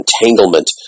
entanglement